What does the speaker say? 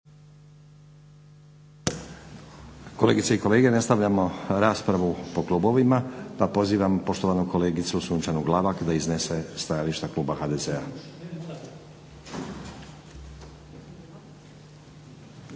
Kolegice i kolege, nastavljamo raspravu po klubovima pa pozivam poštovanu kolegicu Sunčanu Glavak da iznese stajališta kluba HDZ-a.